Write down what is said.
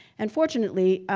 and fortunately,